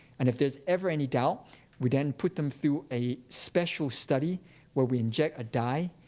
and if there's ever any doubt we then put them through a special study where we inject a dye,